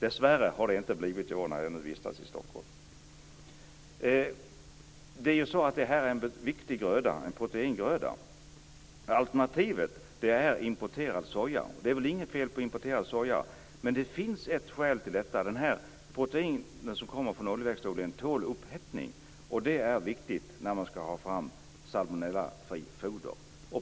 Dessvärre har det inte blivit så i år, när jag vistas i Stockholm. Det här är en viktig gröda, en proteingröda. Alternativet är importerad soja. Det är väl inget fel på importerad soja, men det finns ytterligare ett skäl för oljeväxter. Det protein som kommer från oljeväxtodling tål nämligen upphettning, och det är viktigt när man skall ha fram salmonellafritt foder.